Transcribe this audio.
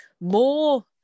more